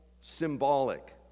symbolic